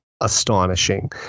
astonishing